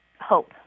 hope